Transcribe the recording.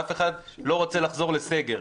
ואף אחד לא רוצה לחזור לסגר.